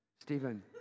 Stephen